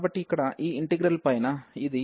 కాబట్టి ఇక్కడ ఈ ఇంటిగ్రల్ పైన ఇది